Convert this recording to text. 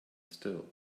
still